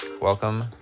Welcome